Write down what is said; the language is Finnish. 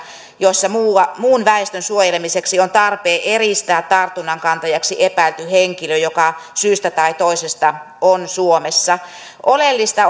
joissa muun väestön suojelemiseksi on tarpeen eristää tartunnankantajaksi epäilty henkilö joka syystä tai toisesta on suomessa oleellista